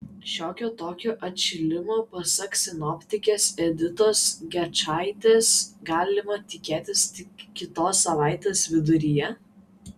šiokio tokio atšilimo pasak sinoptikės editos gečaitės galima tikėtis tik kitos savaitės viduryje